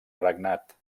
regnat